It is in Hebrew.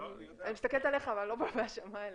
אני מסתכלת עליך אבל אני לא באה אליך בהאשמה,